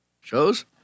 Shows